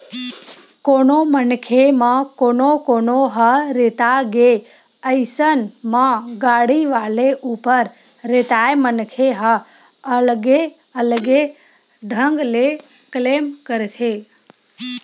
कोनो मनखे म कोनो कोनो ह रेता गे अइसन म गाड़ी वाले ऊपर रेताय मनखे ह अलगे अलगे ढंग ले क्लेम करथे